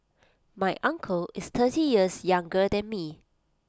my uncle is thirty years younger than me